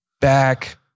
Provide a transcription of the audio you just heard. back